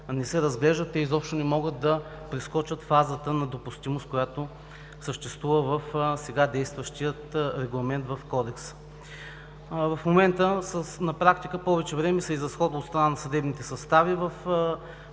не се разглеждат и изобщо не могат да прескочат фазата на допустимост, която съществува в сега действащия регламент в Кодекса. В момента на практика повече време се изразходва от страна на съдебните състави